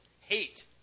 hate